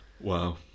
wow